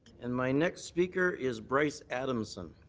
and my next speaker is bryce adamson.